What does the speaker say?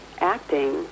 acting